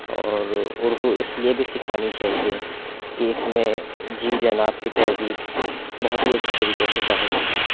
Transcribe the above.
اور اُردو اِس لیے بھی سکھانی چاہیے کہ اِس میں جی جناب کی تہذیب بہت ہی اچھی طریقے سے ظاہر ہوتی ہے